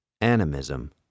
animism